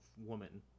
woman